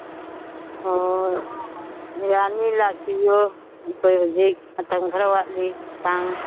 ꯌꯥꯅꯤ ꯂꯥꯛꯄꯤꯌꯨ ꯑꯩꯈꯣꯏ ꯍꯧꯖꯤꯛ ꯃꯇꯝ ꯈꯔ ꯋꯥꯠꯂꯤ ꯇꯥꯡ